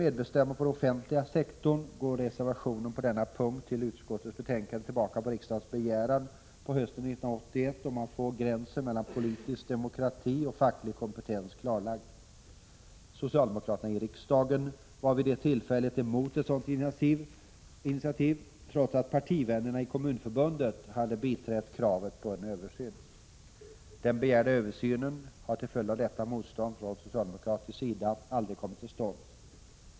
Den reservation i utskottets betänkande som gäller medbestämmandet inom den offentliga sektorn går tillbaka på riksdagens begäran hösten 1981 om att få gränsen mellan politisk demokrati och facklig kompetens klarlagd. Socialdemokraterna i riksdagen var vid det tillfället emot ett sådant initiativ, trots att partivännerna i Kommunförbundet hade biträtt kravet på en översyn. Den begärda översynen har till följd av detta motstånd från socialdemokratisk sida aldrig kommit till stånd.